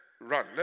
run